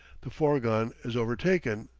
the fourgon is overtaken,